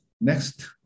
Next